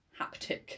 haptic